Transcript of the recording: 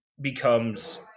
becomes